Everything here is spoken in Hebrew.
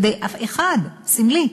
אף אחד סמלי,